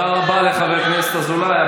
ינון, למה לא אמרת, תודה רבה לחבר הכנסת אזולאי.